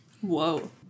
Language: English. Whoa